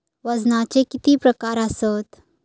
वजनाचे किती प्रकार आसत?